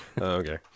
okay